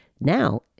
now